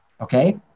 okay